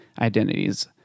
identities